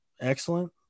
excellent